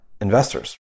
investors